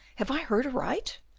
have i heard aright?